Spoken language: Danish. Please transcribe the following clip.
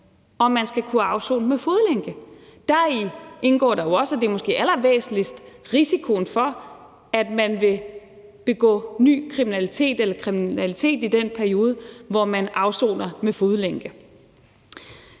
om man skal kunne afsone med fodlænke, og deri indgår der jo også – måske allervæsentligst – risikoen for, at man vil begå ny kriminalitet i den periode, hvor man afsoner med fodlænke.